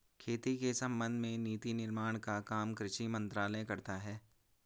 खेती के संबंध में नीति निर्माण का काम कृषि मंत्रालय करता है